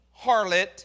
harlot